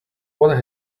what